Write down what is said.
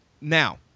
Now